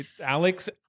alex